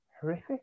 horrific